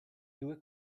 due